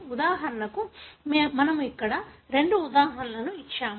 ఉదాహరణకు మేము ఇక్కడ రెండు ఉదాహరణలు ఇచ్చాము